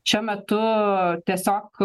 šiuo metu tiesiog